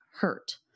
hurt